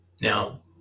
Now